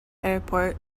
airport